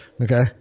Okay